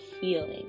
healing